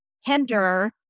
hinder